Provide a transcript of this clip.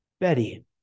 Betty